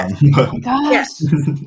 yes